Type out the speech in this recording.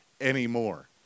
anymore